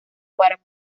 para